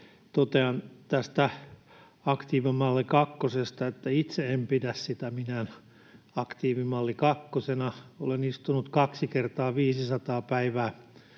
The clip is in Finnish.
Totean tästä aktiivimalli kakkosesta, että itse en pidä sitä minään aktiivimalli kakkosena. Olen istunut kaksi kertaa 500 päivää.